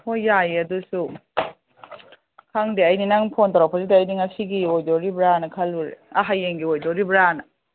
ꯍꯣꯏ ꯌꯥꯏꯌꯦ ꯑꯗꯨꯁꯨ ꯈꯪꯗꯦ ꯑꯩꯗꯤ ꯅꯪ ꯐꯣꯟ ꯇꯧꯔꯛꯄꯗꯨꯗ ꯑꯩꯗꯤ ꯉꯁꯤꯒꯤ ꯑꯣꯏꯗꯧꯔꯤꯕ꯭ꯔꯥꯅ ꯈꯜꯂꯨꯔꯦ ꯍꯌꯦꯡꯒꯤ ꯑꯣꯏꯗꯧꯔꯤꯕ꯭ꯔꯥꯅ